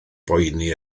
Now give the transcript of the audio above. boeni